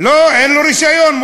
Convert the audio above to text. לא, אין לו רישיון.